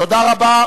תודה רבה.